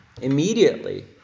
Immediately